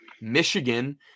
Michigan